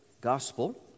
Gospel